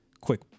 quick